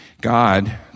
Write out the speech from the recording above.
God